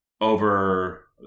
over